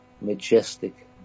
majestic